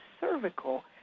cervical